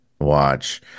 watch